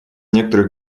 некоторых